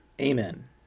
Amen